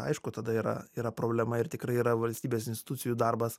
aišku tada yra yra problema ir tikrai yra valstybės institucijų darbas